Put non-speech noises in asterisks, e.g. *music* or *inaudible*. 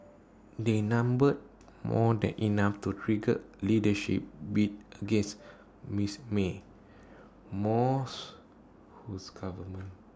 they number more than enough to trigger leadership bid against Mrs may more *noise* whose government